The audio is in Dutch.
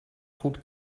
goed